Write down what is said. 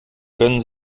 können